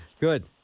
good